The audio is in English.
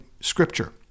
scripture